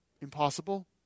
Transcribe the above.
Impossible